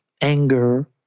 anger